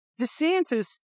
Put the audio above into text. DeSantis